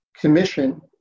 commission